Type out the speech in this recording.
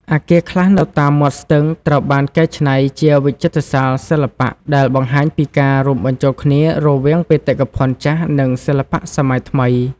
អគារខ្លះនៅតាមមាត់ស្ទឹងត្រូវបានកែច្នៃជាវិចិត្រសាលសិល្បៈ ដែលបង្ហាញពីការរួមបញ្ចូលគ្នារវាងបេតិកភណ្ឌចាស់ និងសិល្បៈសម័យថ្មី។